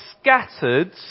scattered